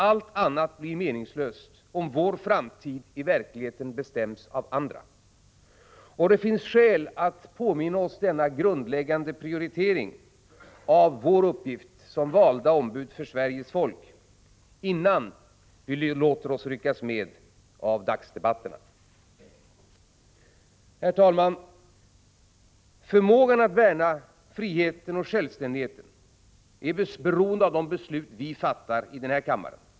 Allt annat blir meningslöst om vår framtid i verkligheten bestäms av andra. Det finns skäl att påminna om denna grundläggande prioritering av vår uppgift som valda ombud för Sveriges folk innan vi låter oss ryckas med av dagsdebatterna. Förmågan att värna vår frihet och vår självständighet är beroende av de beslut som vi fattar i denna kammare.